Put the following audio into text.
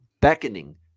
beckoning